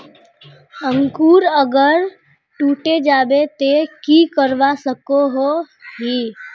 अंकूर अगर टूटे जाबे ते की करवा सकोहो ही?